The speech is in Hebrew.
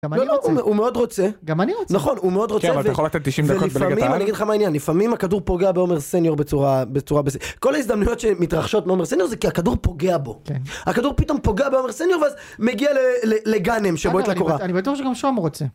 הוא מאוד רוצה, גם אני רוצה, נכון הוא מאוד רוצה ונפעמים הכדור פוגע באומר סניור בצורה, כל ההזדמנות שמתרחשות מעומר סניור זה כי הכדור פוגע בו, הכדור פתאום פוגע בעומר סניור ואז מגיע לגנם שבועט לקורה, אני בטוח שגם שם הוא רוצה.